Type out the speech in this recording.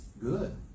good